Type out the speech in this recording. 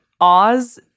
Oz